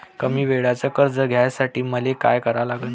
कमी वेळेचं कर्ज घ्यासाठी मले का करा लागन?